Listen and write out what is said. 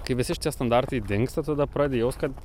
kai visi šitie standartai dingsta tada pradedi jaust kad